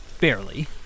Barely